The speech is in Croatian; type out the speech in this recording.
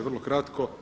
Vrlo kratko.